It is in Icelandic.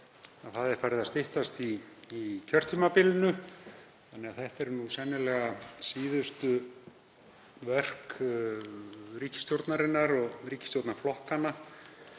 að farið er að styttast í kjörtímabilinu þannig að þetta eru nú sennilega síðustu verk ríkisstjórnarinnar og ríkisstjórnarflokkanna